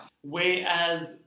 Whereas